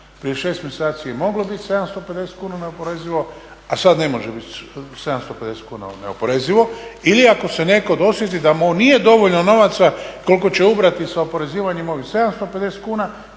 Prije 6 mjeseci je moglo bit 750 kuna neoporezivo, a sad ne može bit 750 kuna neoporezivo. Ili ako se netko dosjeti da mu nije dovoljno novaca koliko će ubrati sa oporezivanjem ovih 750 kuna,